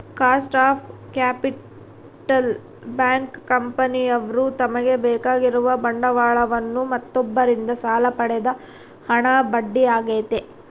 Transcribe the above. cost of capital bank, ಕಂಪನಿಯವ್ರು ತಮಗೆ ಬೇಕಾಗಿರುವ ಬಂಡವಾಳವನ್ನು ಮತ್ತೊಬ್ಬರಿಂದ ಸಾಲ ಪಡೆದ ಹಣ ಬಡ್ಡಿ ಆಗೈತೆ